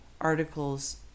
articles